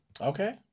Okay